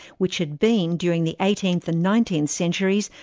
which had been, during the eighteenth and nineteenth centuries,